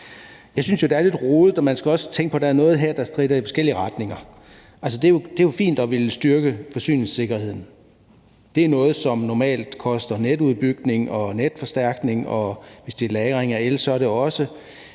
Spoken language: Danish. Jeg synes jo, det er lidt rodet, og man skal også tænke på, at der er noget her, der stritter i forskellige retninger. Det er fint at ville styrke forsyningssikkerheden. Det er noget, som normalt koster netudbygning og netforstærkning, og hvis det er lagring af el, kunne vi godt